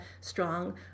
strong